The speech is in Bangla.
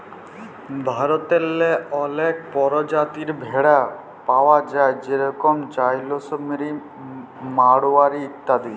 ভারতেল্লে অলেক পরজাতির ভেড়া পাউয়া যায় যেরকম জাইসেলমেরি, মাড়োয়ারি ইত্যাদি